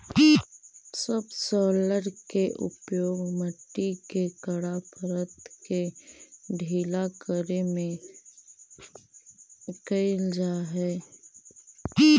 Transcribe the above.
subsoiler के उपयोग मट्टी के कड़ा परत के ढीला करे में कैल जा हई